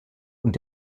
und